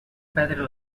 perdre